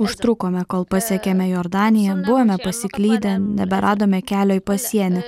užtrukome kol pasiekėme jordaniją buvome pasiklydę neberadome kelio į pasienį